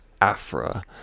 Afra